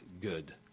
good